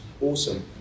awesome